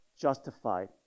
justified